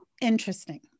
interesting